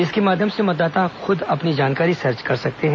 इसके माध्यम से मतदाता अपनी खुद की जानकारी सर्च कर सकते हैं